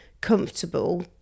comfortable